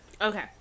okay